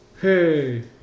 Hey